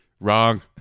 Wrong